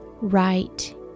right